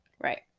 Right